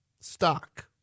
stock